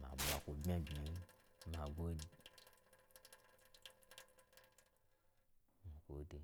ma ɓwa kwo n bmya bmya yi, ma gwo ma gwode.